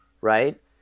right